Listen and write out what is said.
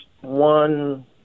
one